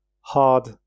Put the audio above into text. hard